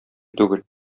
түгел